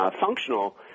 functional